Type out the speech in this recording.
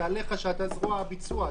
אדוני שר המשפטים, אתה זרוע הביצוע.